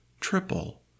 triple